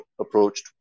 approached